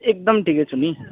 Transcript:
एकदम ठिकै छु नि